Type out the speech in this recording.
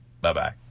Bye-bye